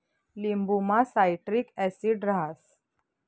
लिंबुमा citric acid रहास